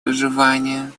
выживания